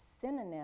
synonym